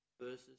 verses